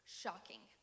shocking